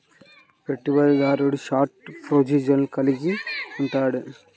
పెట్టుబడిదారుడు షార్ట్ పొజిషన్లను కలిగి ఉంటాడు